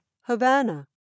Havana